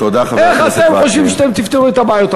איך אתם חושבים שאתם תפתרו את הבעיות,